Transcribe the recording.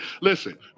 Listen